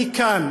אני כאן